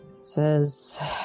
says